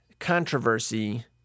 controversy